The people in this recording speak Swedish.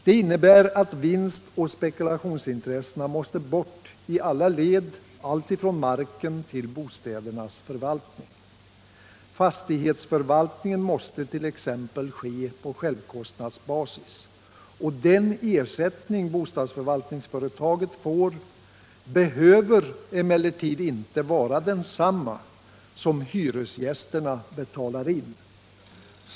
Det innebär att vinstoch spekulationsintressena måste bort i alla led alltifrån marken till bostädernas förvaltning. Fastighetsförvaltningen måste t.ex. ske på självkostnadsbasis. Den ersättning bostadsförvaltningsföretaget får behöver emellertid inte vara densamma som hyresgästerna betalar in.